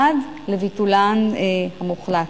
עד לביטולן המוחלט.